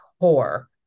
core